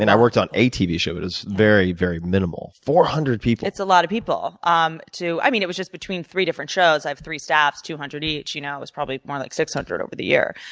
and i worked on a tv show but it was very, very minimal. four hundred people! it's a lot of people. um i mean it was just between three different shows. i have three staffs, two hundred each you know it was probably more like six hundred over the year,